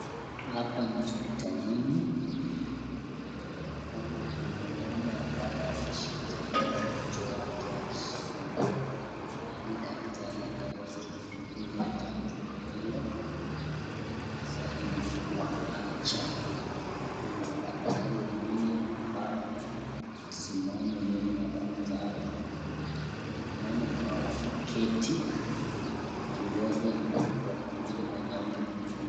Hospitalini na kuna mama ambaye ameshikilia mtoto wake alikijifungua na ili daktari akaweze kumdunga chanjo hilo. Hasa ni kwa panja. Kuna madaktari wengine ambao wamesimama nyuma ya daktari na wamama ambao wameketi wakingonja kwa chanjo hilo.